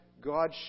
God